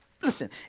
Listen